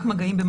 מה